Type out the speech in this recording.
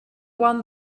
won